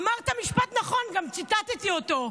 אמרת משפט נכון, גם ציטטתי אותו: